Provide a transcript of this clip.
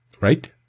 right